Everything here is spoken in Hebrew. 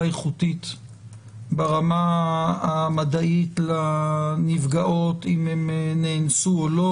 איכותית ברמה המדעית לנפגעות אם הן נאנסו או לא?